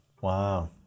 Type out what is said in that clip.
Wow